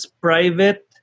private